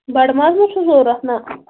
بڑٕ مازما چھُو ضروٗرت نہ